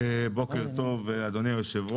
בוקר טוב אדוני היושב ראש.